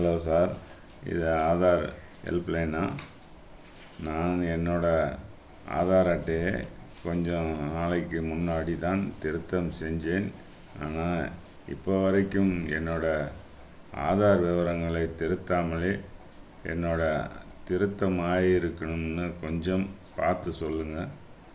hello sir இது ஆதார் ஹெல்ப்லைனா நான் என்னோடய ஆதார் அட்டையை கொஞ்சம் நாளைக்கு முன்னாடிதான் திருத்தம் செஞ்சேன் ஆனால் இப்போ வரைக்கும் என்னோடய ஆதார் விவரங்களை திருத்தாமலே என்னோடய திருத்தம் ஆயிருக்கணும்னு கொஞ்சம் பார்த்து சொல்லுங்கள்